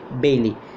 Bailey